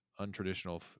untraditional